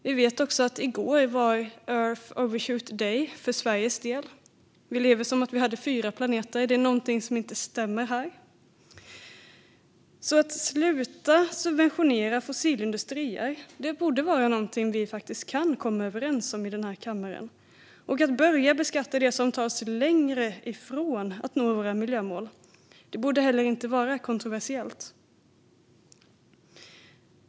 Vi vet också att det i går var Earth Overshoot Day. För Sveriges del lever vi som om vi hade fyra planeter. Det är någonting som inte stämmer här. Att sluta subventionera fossilindustrier borde vara någonting vi kan komma överens om i den här kammaren. Att börja beskatta det som tas längre ifrån för att nå våra miljömål borde inte heller vara kontroversiellt.